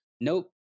Nope